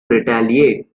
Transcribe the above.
retaliate